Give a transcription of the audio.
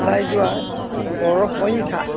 ওলাই যোৱাৰ গড়সংখ্যা